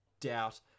doubt